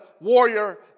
warrior